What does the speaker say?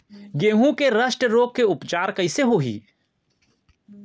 गेहूँ के रस्ट रोग के उपचार कइसे होही?